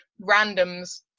randoms